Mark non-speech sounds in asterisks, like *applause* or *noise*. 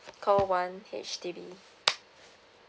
call one H_D_B *noise*